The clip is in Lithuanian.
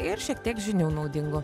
ir šiek tiek žinių naudingų